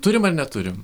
turim ar neturim